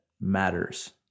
matters